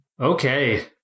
okay